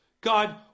God